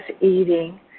eating